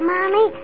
Mommy